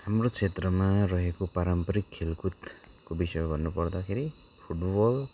हाम्रो क्षेत्रमा रहेको पारम्परिक खेलकुदको विषय भन्नुपर्दाखेरि फुटबल